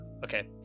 okay